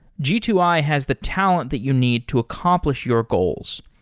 g two i has the talent that you need to accomplish your goals.